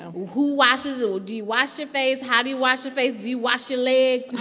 who washes, or do you wash your face? how do you wash your face? do you wash your legs